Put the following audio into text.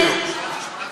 בדיוק.